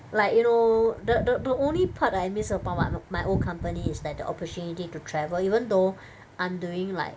like you know the the the only part that I miss about my my old company is that the opportunity to travel even though I'm doing like